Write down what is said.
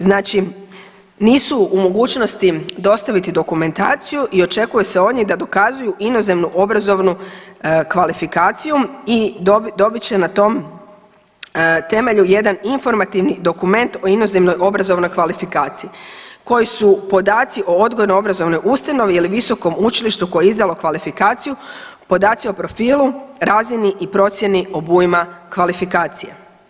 Znači nisu u mogućnosti dostaviti dokumentaciju i očekuje se od njih da dokazuju inozemnu obrazovnu kvalifikaciju i dobit će na tom temelju jedan informativni dokument o inozemnoj obrazovnoj kvalifikaciji koji su podaci o odgojno obrazovnoj ustanovi ili visokom učilištu koje je izdalo kvalifikaciju, podaci o profilu, razini i procjeni obujma kvalifikacije.